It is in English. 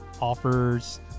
offers